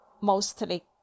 mostly